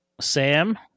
sam